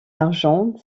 argent